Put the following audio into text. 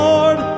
Lord